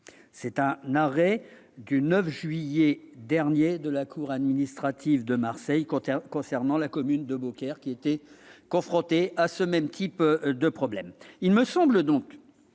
d'un arrêt du 9 juillet dernier de la cour administrative de Marseille concernant la commune de Beaucaire, qui était confrontée à ce même type de problèmes.